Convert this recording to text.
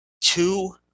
two